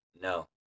No